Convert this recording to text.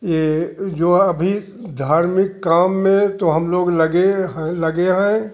ये जो अभी धार्मिक काम में तो हम लोग लगे हैं लगे हैं